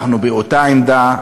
אנחנו באותה עמדה,